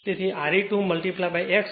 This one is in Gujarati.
તેથી Re2 x I2 fl 2